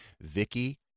Vicky